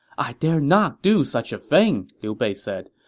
i dare not do such a thing, liu bei said.